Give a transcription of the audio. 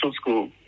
school